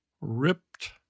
Ripped